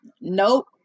nope